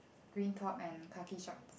green top and khaki short